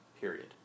Period